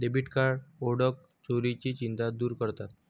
debit card ओळख चोरीची चिंता दूर करतात